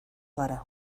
gara